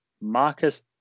Marcus